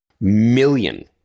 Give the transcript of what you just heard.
million